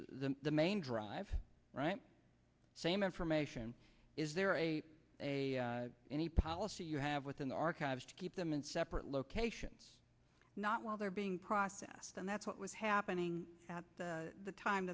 the the main drive right same information is there a any policy you have within the archives to keep them in separate locations not while they're processed and that's what was happening at the time